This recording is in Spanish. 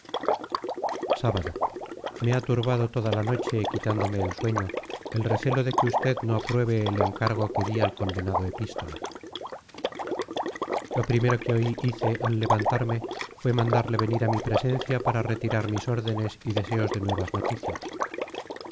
sábado me ha turbado toda la noche quitándome el sueño el recelo de que usted no apruebe el encargo que di al condenado epístola lo primero que hoy hice al levantarme fue mandarle venir a mi presencia para retirar mis órdenes y deseos de nuevas noticias